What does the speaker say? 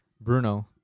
Bruno